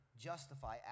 justify